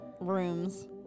rooms